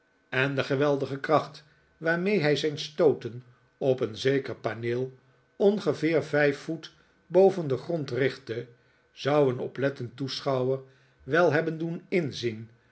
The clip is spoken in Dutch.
en de geweldige kracht waarmee hij zijn stooten op een zeker paneel ongeveer vijf voet boven den grond richtte zou een oplettend toeschouwer wel hebben doen inzien